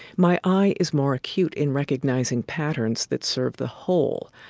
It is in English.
my eye is more acute in recognizing patterns that serve the whole.